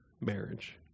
marriage